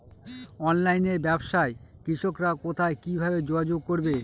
অনলাইনে ব্যবসায় কৃষকরা কোথায় কিভাবে যোগাযোগ করবে?